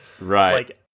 Right